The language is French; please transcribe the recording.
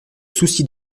souci